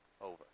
Over